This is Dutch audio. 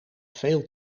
veel